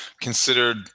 considered